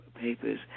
papers